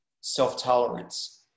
self-tolerance